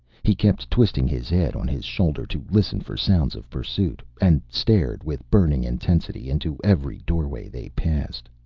he kept twisting his head on his shoulder to listen for sounds of pursuit, and stared with burning intensity into every doorway they passed.